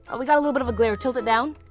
and we got a little bit of a glare. tilt it down.